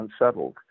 unsettled